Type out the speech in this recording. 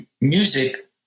music